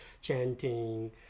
chanting